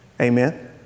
Amen